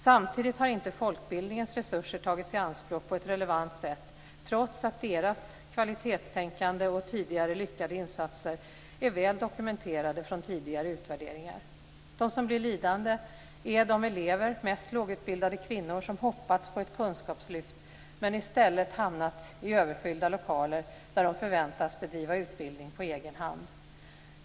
Samtidigt har inte folkbildningens resurser tagits i anspråk på ett relevant sätt, trots att deras kvalitetstänkande och tidigare lyckade insatser är väl dokumenterade från tidigare utvärderingar. De som blir lidande är de elever, mest lågutbildade kvinnor, som hoppats på ett kunskapslyft men i stället hamnar i överfyllda lokaler där de förväntas bedriva utbildning på egen hand.